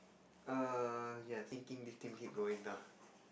err yes thinking this thing keep going